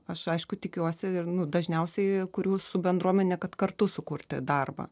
aš aišku tikiuosi ir nu dažniausiai kuriu su bendruomene kad kartu sukurti darbą